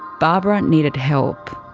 barbara needed help.